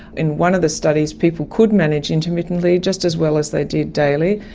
in one of the studies people could manage intermittently just as well as they did daily,